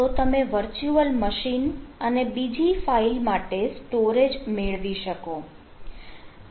તો તમે virtual machine અને બીજી ફાઇલ માટે સ્ટોરેજ મેળવી શકો